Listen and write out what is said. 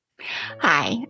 Hi